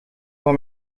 van